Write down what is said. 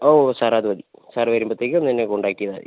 ഓ sir അത് മതി sir വരുമ്പോഴത്തേക്കും ഒന്ന് എന്നെ കോൺടാക്ട് ചെയ്താൽ മതി